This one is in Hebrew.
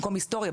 במקום היסטוריה,